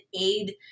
aid